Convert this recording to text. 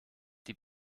die